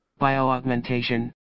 bioaugmentation